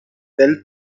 del